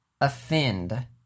offend